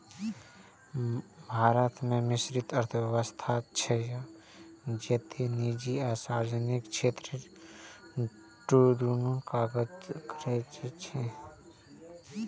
भारत मे मिश्रित अर्थव्यवस्था छै, जतय निजी आ सार्वजनिक क्षेत्र दुनू काज करै छै